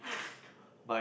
my